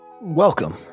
Welcome